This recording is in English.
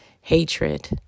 hatred